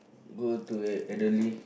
go to elderly